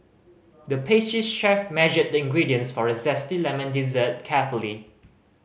the pastry chef measured the ingredients for a zesty lemon dessert carefully